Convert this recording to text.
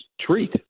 treat